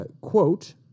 Quote